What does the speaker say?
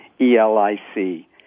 E-L-I-C